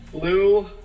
blue